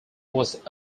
was